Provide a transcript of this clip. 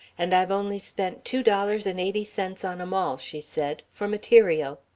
and i've only spent two dollars and eighty cents on em all, she said, for material.